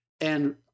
And-